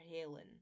Helen